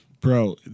Bro